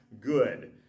good